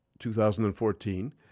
2014